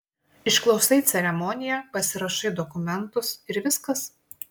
išklausai ceremoniją pasirašai dokumentus ir viskas